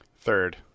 Third